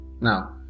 Now